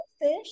fish